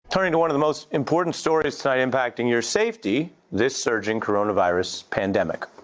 turning to one of the most important stories tonight impacting your safety, this surge in coronavirus pandemic.